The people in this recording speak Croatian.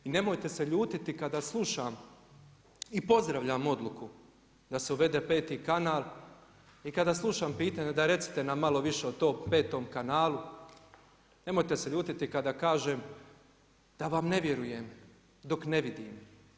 I nemojte se ljutiti kada slušam i pozdravljam odluku da se uvede 5.-ti kanal i kada slušam pitanje daj recite nam malo više o tom 5.-om kanalu, nemojte se ljutiti kada kažem da vam ne vjerujem dok ne vidim.